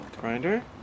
Grinder